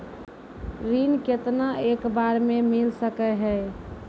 ऋण केतना एक बार मैं मिल सके हेय?